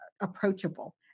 approachable